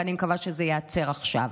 ואני מקווה שזה ייעצר עכשיו.